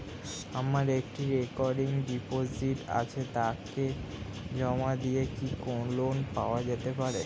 আমার একটি recurring deposit আছে তাকে জমা দিয়ে কি লোন পাওয়া যেতে পারে?